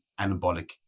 anabolic